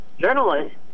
journalist